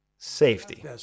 safety